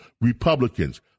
Republicans